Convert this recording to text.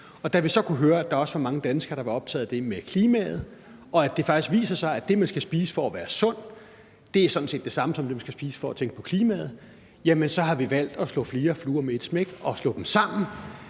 Da vi så kunne høre, at der også var mange danskere, der var optaget af det med klimaet, og at det faktisk viser sig, at det, man skal spise for at være sund, sådan set er det samme som det, man skal spise for at tænke på klimaet, så har vi valgt at slå flere fluer med et smæk og slå det sammen